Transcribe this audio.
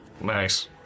Nice